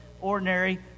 ordinary